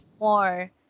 more